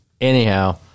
anyhow